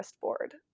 board